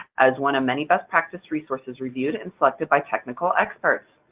as one of many best practice resources reviewed and selected by technical experts.